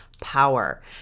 power